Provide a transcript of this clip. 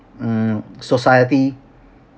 mm society